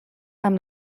amb